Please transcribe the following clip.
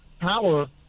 power